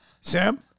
Sam